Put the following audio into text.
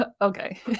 Okay